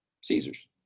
Caesar's